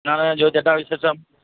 എന്താണ് ജോയിച്ചേട്ടാ വിശേഷം